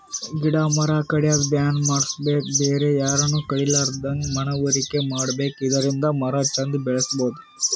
ಗಿಡ ಮರ ಕಡ್ಯದ್ ಬ್ಯಾನ್ ಮಾಡ್ಸಬೇಕ್ ಬೇರೆ ಯಾರನು ಕಡಿಲಾರದಂಗ್ ಮನವರಿಕೆ ಮಾಡ್ಬೇಕ್ ಇದರಿಂದ ಮರ ಚಂದ್ ಬೆಳಸಬಹುದ್